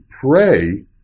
pray